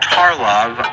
Tarlov